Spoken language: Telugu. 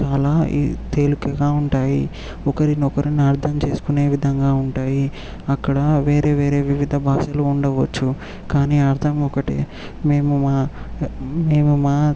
చాలా ఈ తేలికగా ఉంటాయి ఒకరినొకరుని అర్థం చేసుకునే విధంగా ఉంటాయి అక్కడ వేరే వేరే వివిధ భాషలు ఉండవచ్చు కానీ అర్థం ఒకటే మేము మా మేము మా